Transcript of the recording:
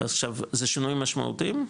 אז זה שינויים משמעותיים?